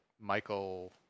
Michael